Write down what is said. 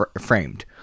framed